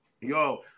Yo